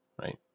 Right